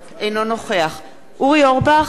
אינו נוכח אורי אורבך,